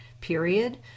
period